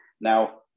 Now